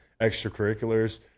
extracurriculars